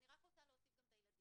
אני רק רוצה להוסיף גם את הילדים.